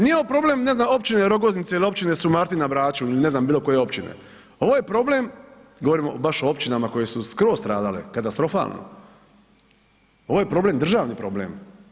Nije ovo problem, ne znam općine Rogoznica ili općine Sumartin na Braču ili ne znam, bilokoje općine, ovo je problem, govorimo baš o općinama koje su skroz stradale katastrofalno, ovo je problem državni problem.